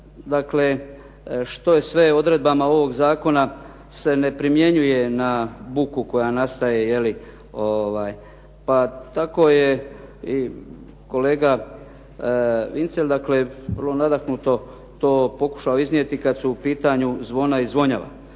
čuti i što je sve odredbama ovog zakona se ne primjenjuje na buku koja nastaje, pa tako je i kolega Vincelj vrlo nadahnuto to pokušao iznijeti kad su u pitanju zvona i zvonjava.